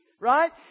Right